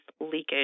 leakage